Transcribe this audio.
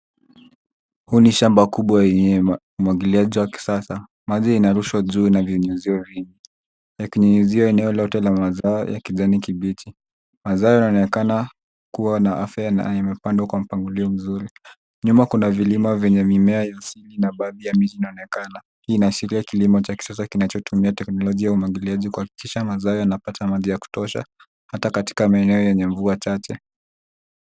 Huu ni shamba kubwa yenye umwagiliaji wa kisasa, maji inarushwa juu na vinyuzio vingi yakinyunyuzia eneo lote la mazao ya kijani kibichi. Mazao yana onekana kuwa na afya na yamepandwa kwa mpangilio mzuri. Nyuma kuna vilima venye mimea ya asili na baadhi ya miti inaonekana. Hii inaashiria kilimo cha kisasa kinachotumia teknolojia umwagiliaji kwa hakikisha mazao yana pata maji ya kutosha, hata katika maeneo yenye mvua chache.